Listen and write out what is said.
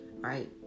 right